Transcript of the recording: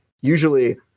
usually